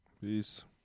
Peace